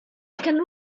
can